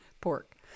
pork